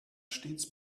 stets